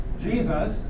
Jesus